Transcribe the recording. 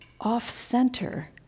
off-center